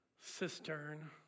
cistern